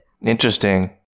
interesting